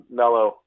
mellow